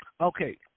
Okay